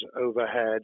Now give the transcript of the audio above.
overhead